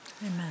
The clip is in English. Amen